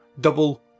double